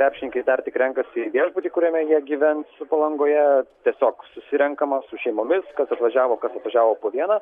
krepšininkai dar tik renkasi viešbutį kuriame jie gyvens palangoje tiesiog susirenkama su šeimomis kas atvažiavo kas atvažiavo po vieną